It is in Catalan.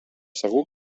segur